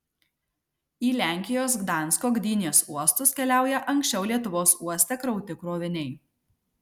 į lenkijos gdansko gdynės uostus keliauja anksčiau lietuvos uoste krauti kroviniai